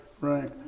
right